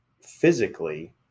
physically